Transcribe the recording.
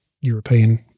European